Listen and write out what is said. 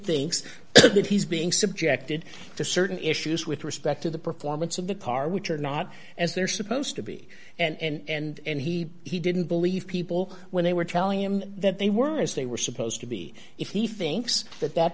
that he's being subjected to certain issues with respect to the performance of the car which are not as they're supposed to be and he he didn't believe people when they were telling him that they were as they were supposed to be if he thinks that that